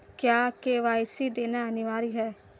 क्या के.वाई.सी देना अनिवार्य है?